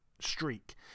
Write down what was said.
streak